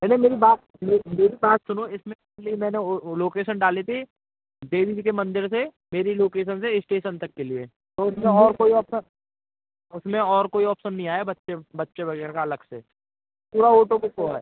पहले मेरी बात मेरी मेरी बात सुनो इसमें इसलिए मैंने ओ लोकेसन डाली थी देवी जी के मंदिर से मेरी लोकेसन से इस्टेसन तक के लिए तो उसमें और कोई ऑप्सन उसमें और कोई ऑप्सन नहीं आया बच्चे बच्चे वगैरह का अलग से पूरा ओटो बुक हुआ है